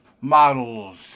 model's